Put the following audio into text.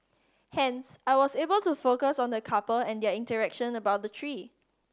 hence I was able to focus on the couple and their interaction about the tree